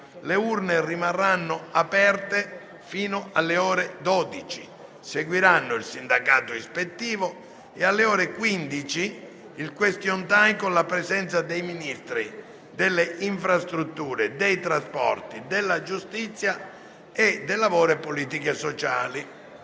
Le urne rimarranno aperte fino alle ore 12. Seguiranno il sindacato ispettivo e, alle ore 15, il *question time* con la presenza dei Ministri delle infrastrutture e dei trasporti, della giustizia e del lavoro e delle politiche sociali.